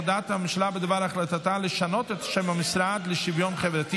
הודעת הממשלה בדבר החלטתה לשנות את שם המשרד לשוויון חברתי